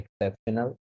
exceptional